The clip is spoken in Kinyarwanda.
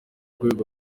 rwego